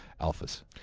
alphas